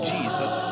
Jesus